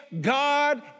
God